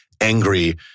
angry